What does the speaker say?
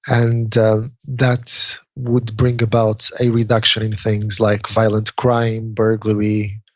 and that's would bring about a reduction in things like violent crime, burglary,